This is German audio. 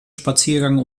spaziergang